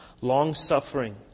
long-suffering